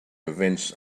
events